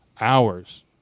hours